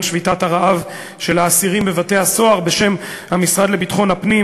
שביתת הרעב של האסירים בבתי-הסוהר בשם המשרד לביטחון הפנים,